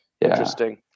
Interesting